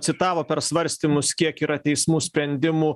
citavo per svarstymus kiek yra teismų sprendimų